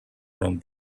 from